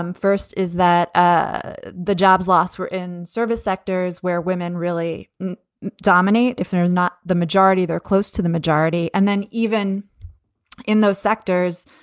um first is that ah the jobs lost were in service sectors where women really dominate. if they're not the majority, they're close to the majority. and then even in those sectors,